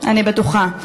אני יכול לשמוע אותך.